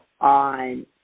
on